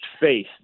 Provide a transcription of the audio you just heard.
faith